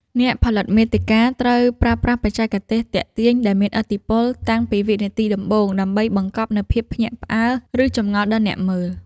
អ្នកផលិតមាតិកាត្រូវប្រើប្រាស់បច្ចេកទេស ទាក់ទាញ ដែលមានឥទ្ធិពលតាំងពីវិនាទីដំបូង ដើម្បីបង្កប់នូវភាពភ្ញាក់ផ្អើល ឬចម្ងល់ដល់អ្នកមើល។